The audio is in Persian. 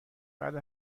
بعد